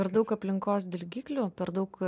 per daug aplinkos dirgiklių per daug